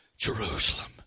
Jerusalem